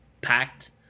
packed